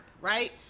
right